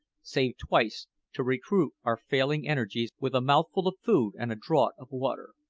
save twice to recruit our failing energies with a mouthful of food and a draught of water.